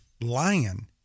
lion